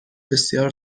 بسیار